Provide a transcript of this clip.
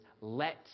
let